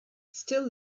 still